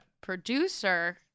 producer